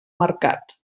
mercat